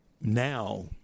now